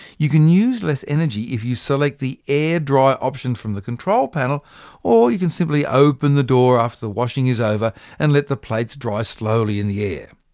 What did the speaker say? you can use less energy if you select so like the air-dry option from the control panel or you can simply open the door after the washing is over and let the plates dry slowly in the air.